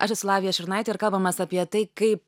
aš esu lavija šiurnaitė ir kalbamės apie tai kaip